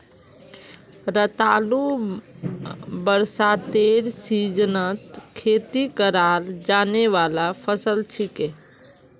रतालू बरसातेर सीजनत खेती कराल जाने वाला फसल छिके